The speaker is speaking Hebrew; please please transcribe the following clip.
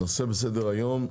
על סדר-היום: